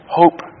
hope